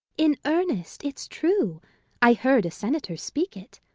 in earnest, it's true i heard a senator speak it.